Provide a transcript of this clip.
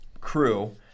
crew